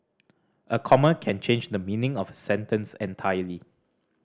a comma can change the meaning of a sentence entirely